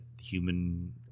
human